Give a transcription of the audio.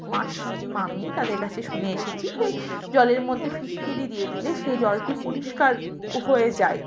মাসি মামি তাদের কাছে শুনে এসেছি যে জলের মধ্যে ফিটকিরি দিয়ে দিলে সেই জলটি পরিষ্কার হয়ে যায়